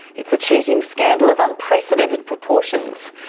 it's a cheating scandal of unprecedented proportions.